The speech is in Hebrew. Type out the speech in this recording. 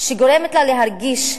שגורמת לה להרגיש,